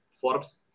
Forbes